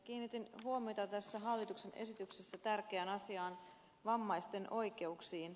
kiinnitin huomiota tässä hallituksen esityksessä tärkeään asiaan vammaisten oikeuksiin